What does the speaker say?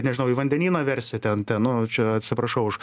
nežinau į vandenyną versi ten ten nu čia atsiprašau už